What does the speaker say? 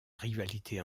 rivalité